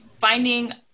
finding